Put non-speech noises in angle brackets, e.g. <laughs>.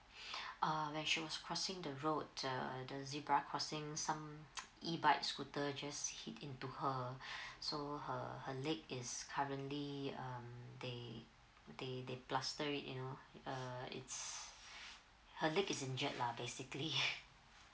<breath> uh when she was crossing the road the the zebra crossing some <noise> E bike scooter just hit into her <breath> so her her leg is currently um they they they plaster you know if uh is her leg injured lah basically <laughs>